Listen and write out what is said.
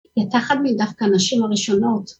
‫היא הייתה אחת מדווקא ‫הנשים הראשונות.